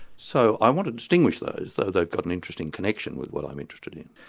so i want to distinguish those, though they've got an interesting connection with what i'm interested in.